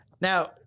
Now